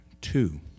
two